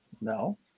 no